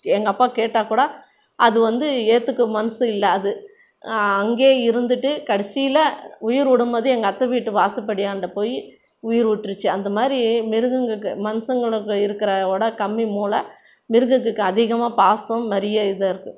எங்கள் அப்பா கேட்டால் கூட அது வந்து ஏற்றுக்க மனது இல்லை அது அங்கேயே இருந்துவிட்டு கடைசியில் உயிர் விடும் போது எங்கள் அத்தை வீட்டு வாசல் படியாண்ட போய் உயிர் விட்டுருச்சு அந்த மாதிரி மிருகங்களுக்கு மனுஷங்களுக்கு இருக்கிற விட கம்மி மூளை மிருகத்துக்கு அதிகமாக பாசம் நிறைய இது இருக்கும்